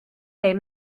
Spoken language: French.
les